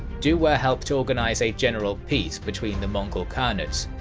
duwa helped organize a general peace between the mongol khanates,